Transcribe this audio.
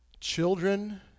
children